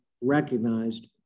recognized